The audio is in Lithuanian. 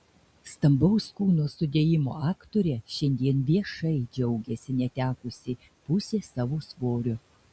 stambaus kūno sudėjimo aktorė šiandien viešai džiaugiasi netekusi pusės savo svorio